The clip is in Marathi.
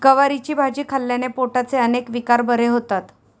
गवारीची भाजी खाल्ल्याने पोटाचे अनेक विकार बरे होतात